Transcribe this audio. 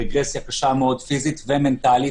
רגרסיה קשה מאוד פיזית ומנטלית,